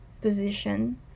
position